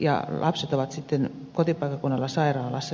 ja lapset ovat sitten kotipaikkakunnalla sairaalassa